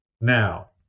Now